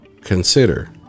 consider